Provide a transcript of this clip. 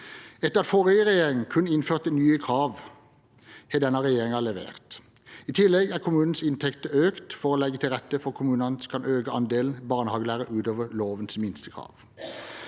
Etter at den forrige regjeringen kun innførte nye krav, har denne regjeringen levert. I tillegg er kommunenes inntekter økt for å legge til rette for at kommunene kan øke andelen barnehagelærere utover lovens minstekrav.